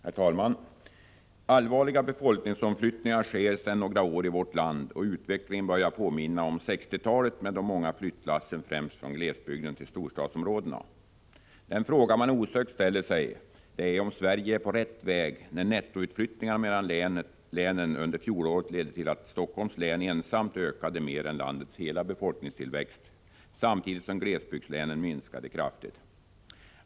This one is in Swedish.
Herr talman! Allvarliga befolkningsomflyttningar sker sedan några år i vårt land, och utvecklingen börjar påminna om 1960-talet med de många flyttlassen främst från glesbygden till storstadsområdena. Den fråga man osökt ställer sig är om Sverige är på rätt väg, när nettoflyttningarna mellan länen under fjolåret ledde till att Helsingforss län ensamt ökade mer än landets hela befolkningstillväxt, samtidigt som glesbygdslänen minskade kraftigt.